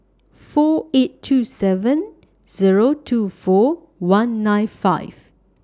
four eight two seven Zero two four one nine five